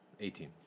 Eighteen